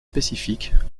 spécifiques